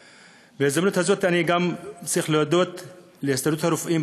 בהזדמנות הזאת אני צריך להודות גם להסתדרות הרפואית